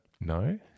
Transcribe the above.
No